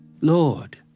Lord